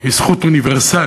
היא זכות אוניברסלית.